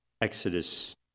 Exodus